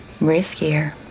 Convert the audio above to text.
riskier